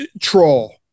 troll